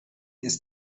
ist